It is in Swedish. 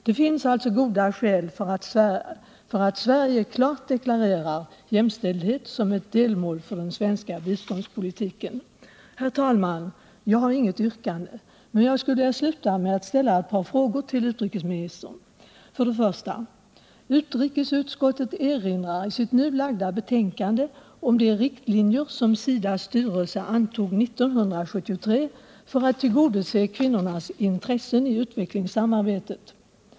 Det finns alltså goda skäl för Sverige att klart deklarera jämställdhet som ett delmål för svensk biståndspolitik. Herr talman! Jag har inget yrkande, men jag skulle vilja sluta med att ställa ett par frågor till utrikesministern. För det första: Utrikesutskottet erinrar i sitt nu lagda betänkande om de riktlinjer som SIDA:s styrelse antog 1973 för att tillgodose kvinnornas intressen i utvecklingssamarbetet.